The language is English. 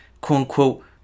quote-unquote